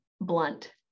blunt